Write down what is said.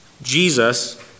Jesus